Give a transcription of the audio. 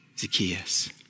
Zacchaeus